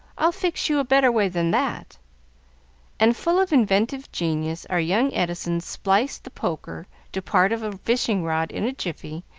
i'll fix you a better way than that and, full of inventive genius, our young edison spliced the poker to part of a fishing-rod in a jiffy,